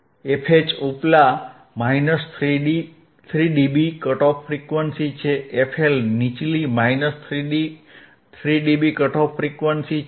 fH ઉપલા 3 dB cut off frequency છે fL નીચલી 3 ડીબી કટ ઓફ ફ્રીક્વન્સી છે